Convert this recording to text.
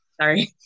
sorry